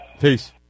Peace